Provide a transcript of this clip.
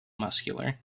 muscular